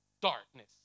darkness